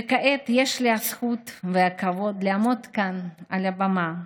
וכעת יש לי הזכות והכבוד לעמוד כאן על הבמה.